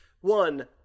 One